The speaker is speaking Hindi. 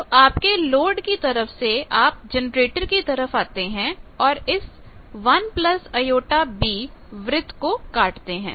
तो आपके लोड की तरफ से आप जनरेटर की तरफ आते हैं और इस 1jb वृत्त को काटते हैं